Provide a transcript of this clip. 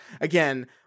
again